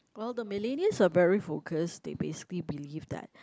well the millennials are very focused they basically believed that